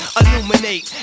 illuminate